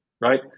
right